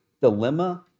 dilemma